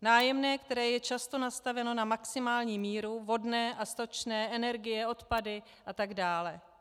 Nájemné, které je často nastaveno na maximální míru, vodné a stočné, energie, odpady a tak dále.